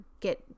Get